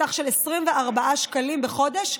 בסך 24 שקלים בחודש,